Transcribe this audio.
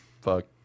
fuck